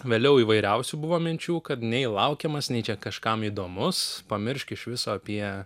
vėliau įvairiausių buvo minčių kad nei laukiamas nei čia kažkam įdomus pamiršk iš viso apie